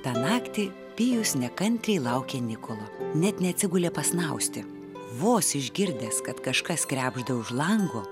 tą naktį pijus nekantriai laukė nikolo net neatsigulė pasnausti vos išgirdęs kad kažkas krebžda už lango